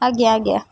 ଆଜ୍ଞା ଆଜ୍ଞା